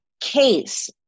case